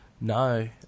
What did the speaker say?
No